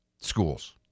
schools